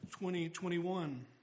2021